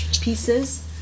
pieces